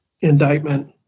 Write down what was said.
indictment